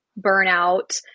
burnout